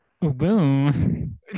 Boom